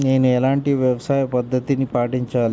నేను ఎలాంటి వ్యవసాయ పద్ధతిని పాటించాలి?